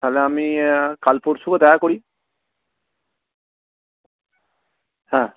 তাহলে আমি কাল পরশু দেখা করি হ্যাঁ